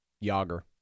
Yager